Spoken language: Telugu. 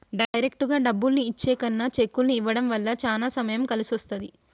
డైరెక్టుగా డబ్బుల్ని ఇచ్చే కన్నా చెక్కుల్ని ఇవ్వడం వల్ల చానా సమయం కలిసొస్తది